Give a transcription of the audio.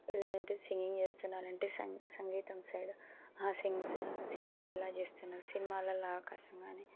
లేదంటే సింగింగ్ చేస్తున్నారంటే స సంగీతం సైడు సి సింగింగ్ ఇలా చేస్తున్నారు సినిమాలలో అవకాశం కానీ